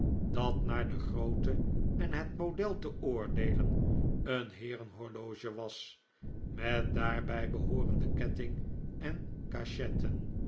dat naar de grootte en het model te oordeelen een heerenhorloge was met daarbij behoorende ketting en cachetten